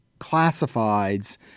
classifieds